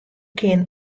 kin